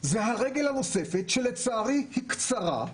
זאת הרגל הרופפת שלצערי היא קצרה,